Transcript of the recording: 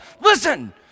listen